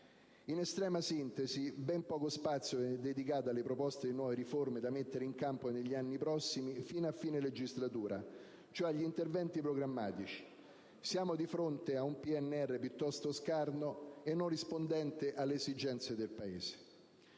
In estrema sintesi, ben poco spazio viene dedicato alle proposte di nuove riforme da mettere in campo negli anni prossimi fino a fine legislatura, cioè agli interventi programmatici. Siamo di fronte a un PNR piuttosto scarno e non rispondente alla esigenze del sistema